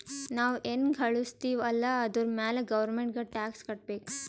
ನಾವ್ ಎನ್ ಘಳುಸ್ತಿವ್ ಅಲ್ಲ ಅದುರ್ ಮ್ಯಾಲ ಗೌರ್ಮೆಂಟ್ಗ ಟ್ಯಾಕ್ಸ್ ಕಟ್ಟಬೇಕ್